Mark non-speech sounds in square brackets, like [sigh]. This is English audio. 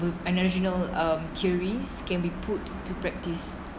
[noise] and original um theories can be put to practice